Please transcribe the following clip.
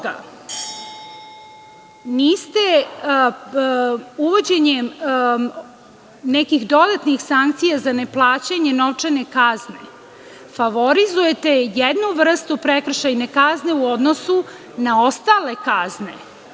Uvođenjem nekih dodatnih sankcija za neplaćanje novčane kazne, favorizujete jednu vrstu prekršajne kazne u odnosu na ostale kazne.